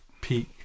peak